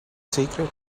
secret